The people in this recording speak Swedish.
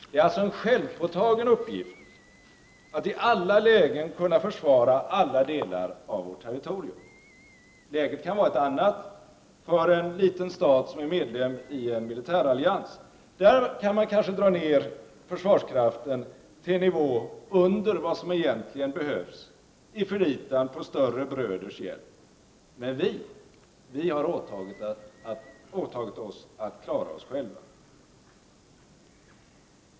Det är alltså en självpåtagen uppgift att i alla lägen kunna försvara alla delar av vårt territorium. Läget kan vara ett annat för en liten stat som är medlem i en militärallians. Där kan man kanske dra ned försvarskraften till en nivå under vad som egentligen behövs i förlitan på större bröders hjälp. Men vi har åtagit oss att klara oss själva.